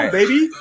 baby